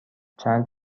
چند